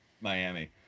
Miami